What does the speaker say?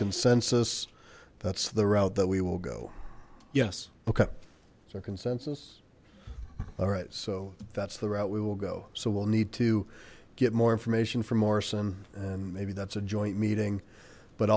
consensus that's the route that we will go yes okay it's our consensus all right so that's the route we will go so we'll need to get more information from morrison and maybe that's a joint meeting but